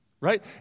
Right